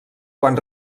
quan